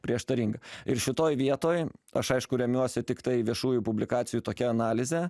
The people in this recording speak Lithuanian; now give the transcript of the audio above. prieštaringa ir šitoj vietoj aš aišku remiuosi tiktai viešųjų publikacijų tokia analize